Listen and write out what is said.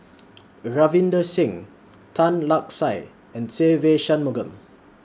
Ravinder Singh Tan Lark Sye and Se Ve Shanmugam